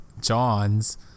john's